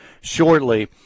shortly